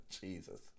Jesus